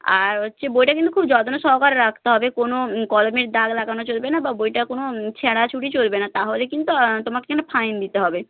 আর হচ্ছে বইটা কিন্তু খুব যত্ন সহকারে রাখতে হবে কোনও কলমের দাগ লাগানো চলবেনা বা বইটা কোনও ছেঁড়া ছুড়ি চলবেনা তাহলে কিন্তু তোমাকে কিন্তু ফাইন দিতে হবে